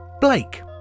Blake